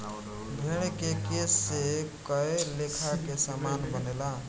भेड़ के केश से कए लेखा के सामान बनेला